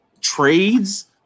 trades